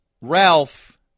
Ralph